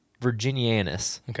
Virginianus